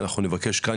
אנחנו נבקש כאן,